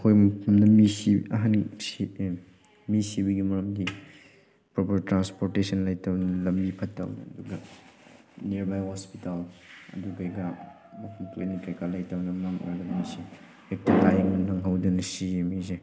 ꯃꯤ ꯁꯤꯕꯒꯤ ꯃꯔꯝꯗꯤ proper transportation ꯂꯩꯇꯕꯅ ꯂꯝꯕꯤ ꯐꯠꯇꯕꯅ ꯑꯗꯨꯒ ꯅꯤꯌꯔꯕꯥꯏ ꯍꯣꯁꯄꯤꯇꯥꯜ ꯑꯗꯨ ꯀꯩꯀꯥ ꯂꯩꯇꯕꯅ ꯃꯔꯝ ꯑꯣꯏꯔꯒ ꯃꯤ ꯁꯤ ꯍꯦꯛꯇ ꯂꯥꯏꯌꯦꯡꯕ ꯅꯪꯍꯧꯗꯅ ꯁꯤꯌꯦ ꯃꯤꯁꯦ